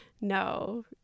no